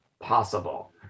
possible